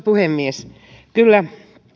puhemies kyllä